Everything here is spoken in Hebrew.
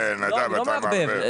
נדב, אתה מערבב.